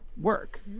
work